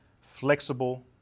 flexible